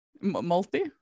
Multi